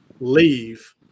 leave